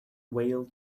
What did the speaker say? whale